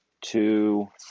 two